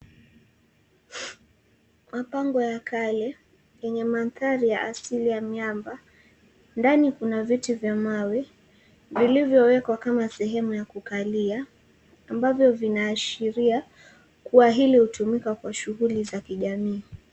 Mapango ya kale, yenye madhari ya asili ya miamba. Ndani kuna viti vya mawe, vilivyowekwa kama sehemu ya kukalia, ambavyo vinaashiria kuwa hili hutumika kwa shughuli za kijamii.